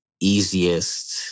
easiest